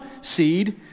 seed